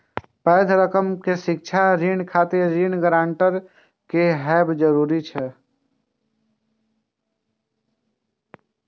पैघ रकम के शिक्षा ऋण खातिर ऋण गारंटर के हैब जरूरी छै